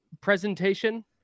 presentation